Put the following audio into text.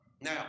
Now